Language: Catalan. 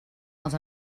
als